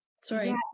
sorry